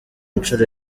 nshuro